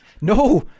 no